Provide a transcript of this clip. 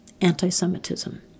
anti-Semitism